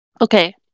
okay